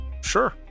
Sure